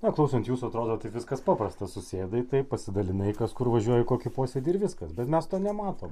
na klausant jūsų atrodo taip viskas paprasta susėdai taip pasidalinai kas kur važiuojaį kokį posėdį ir viskas bet mes to nematom